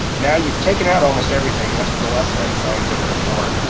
now you've taken out almost everything. that's what the less than signs are there for,